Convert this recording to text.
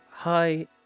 hi